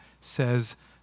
says